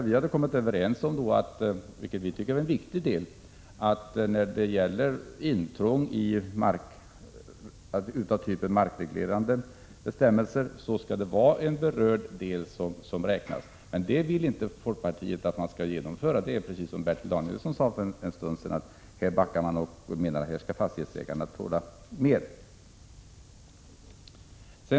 Vi hade ju kommit överens om — vilket vi tycker är en viktig sak — att man när det gäller intrång vid markreglerande bestämmelser skall räkna med berörd del. Det vill alltså folkpartiet inte vara med om. Det är alldeles som Bertil Danielsson sade för en stund sedan: Här backar man och vill låta fastighetsägarna tåla mer.